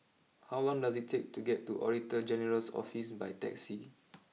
how long does it take to get to Auditor General's Office by taxi